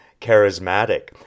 charismatic